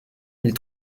mille